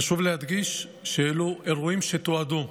חשוב להדגיש שאלו אירועים שתועדו.